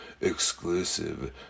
exclusive